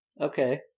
Okay